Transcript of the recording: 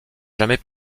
jamais